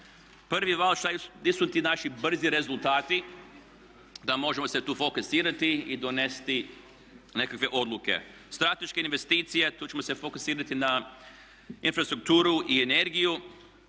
Prvi val gdje su ti naši brzi rezultati da možemo se tu fokusirati i donijeti nekakve odluke. Strateške investicije, tu ćemo se fokusirati na infrastrukturu i energiju.